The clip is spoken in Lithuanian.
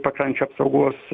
pakrančių apsaugos